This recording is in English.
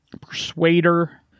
Persuader